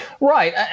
Right